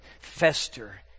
fester